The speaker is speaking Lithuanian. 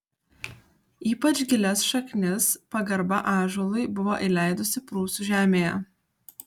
ypač gilias šaknis pagarba ąžuolui buvo įleidusi prūsų žemėje